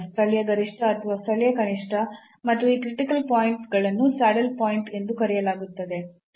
ಸ್ಥಳೀಯ ಗರಿಷ್ಠ ಅಥವಾ ಸ್ಥಳೀಯ ಕನಿಷ್ಠ ಮತ್ತು ಆ ಕ್ರಿಟಿಕಲ್ ಪಾಯಿಂಟ್ ಗಳನ್ನು ಸ್ಯಾಡಲ್ ಪಾಯಿಂಟ್ ಎಂದು ಕರೆಯಲಾಗುತ್ತದೆ